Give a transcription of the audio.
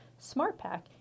SmartPack